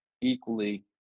equally